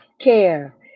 care